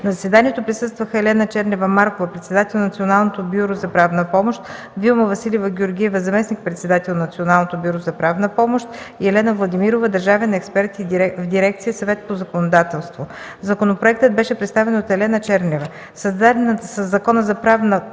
На заседанието присъстваха: Елена Чернева-Маркова – председател на Националното бюро за правна помощ, Вилма Василева-Георгиева – заместник-председател на Националното бюро за правна помощ, и Елена Владимирова – държавен експерт в дирекция „Съвет по законодателство”. Законопроектът беше представен от Елена Чернева. Създадената със Закона за правната помощ,